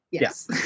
yes